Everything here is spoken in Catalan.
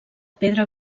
pedra